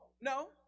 No